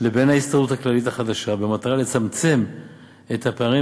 לבין ההסתדרות הכללית החדשה במטרה לצמצם את הפערים